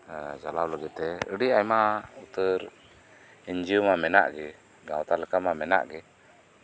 ᱮ ᱚᱞᱚᱜ ᱯᱟᱲᱦᱟᱣ ᱪᱟᱞᱟᱣ ᱞᱟᱹᱜᱤᱫᱛᱮ ᱟᱹᱰᱤ ᱟᱭᱢᱟ ᱩᱛᱟᱹᱨ ᱤᱱᱡᱤᱭᱳ ᱢᱟ ᱢᱮᱱᱟᱜ ᱜᱮ ᱜᱟᱶᱛᱟ ᱞᱮᱠᱟ ᱢᱟ ᱢᱮᱱᱟᱜ ᱜᱮ